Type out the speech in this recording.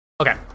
Okay